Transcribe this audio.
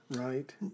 Right